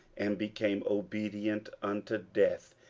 and became obedient unto death,